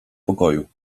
pokoju